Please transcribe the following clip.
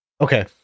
Okay